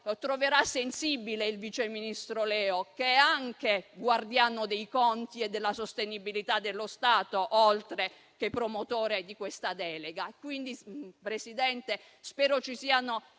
troverà sensibile il vice ministro Leo, che è anche guardiano dei conti e della sostenibilità dello Stato, oltre che promotore di questa delega. Quindi, Presidente, spero ci siano